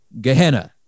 Gehenna